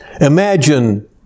Imagine